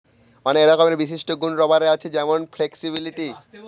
অনেক রকমের বিশিষ্ট গুন রাবারের আছে যেমন তার ফ্লেক্সিবিলিটি